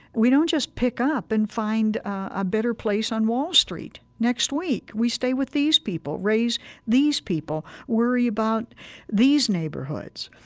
we don't just pick up and find a better place on wall street next week. we stay with these people, raise these people, worry about these neighborhoods.